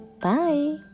Bye